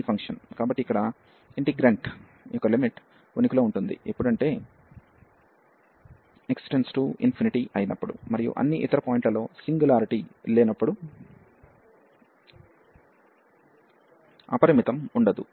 కాబట్టి ఇక్కడ ఇంటిగ్రేంట్ యొక్క లిమిట్ ఉనికిలో ఉంటుందిఎప్పుడంటే x→∞ అయినప్పుడు మరియు అన్ని ఇతర పాయింట్లలో సింగులారిటీ లేనప్పుడు ఫైనెట్ ఉండదు